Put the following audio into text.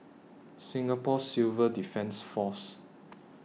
Singapore Civil Defence Force